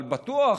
אבל בטוח,